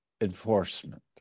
enforcement